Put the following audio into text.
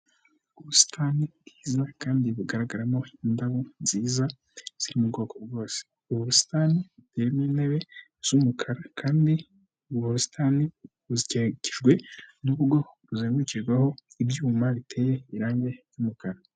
Ubusitani kandi bugaragaramo indabyo nziza ziri mu bwoko bwose, ubu busitani burimo intebe z'umukara kandi ubwo ubusitani bukikijwe n'urugo ruzengurukijweho ibyuma biteye irange ry'umukara.